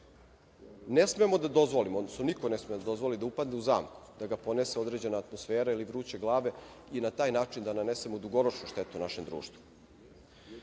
Ne smemo da dozvolimo, odnosno niko ne sme da dozvoli da upadne u zamku, da ga ponese određena atmosfera ili vruće glave i da na taj način nanesemo dugoročnu štetu našem društvu. Pošto